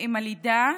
על הלידה.